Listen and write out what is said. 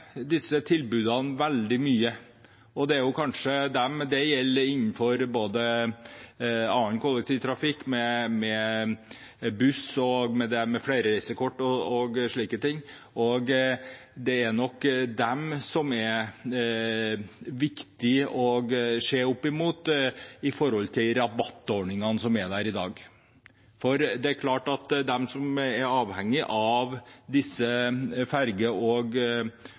gjelder innenfor også annen kollektivtrafikk, med buss, flerreisekort og slike ting. Det er nok dem det er viktig å se mot når det gjelder rabattordningene som er der i dag. For det er klart at de som er avhengig av disse ferge- og